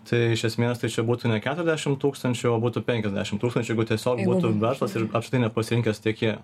tai iš esmės tai čia būtų ne keturiasdešim tūkstančių o būtų penkiasdešim tūkstančių jeigu tiesiog būtų verslas ir apskritai nepasirinkęs tiekėjo